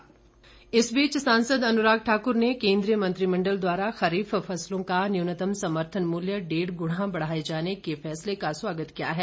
अनुराग इस बीच सांसद अनुराग ठाकुर ने केंद्रीय मंत्रिमण्डल द्वारा खरीफ फसलों का न्यूनतम समर्थन मूल्य डेढ़ गुना बढाए जाने के फैसले का स्वागत किया है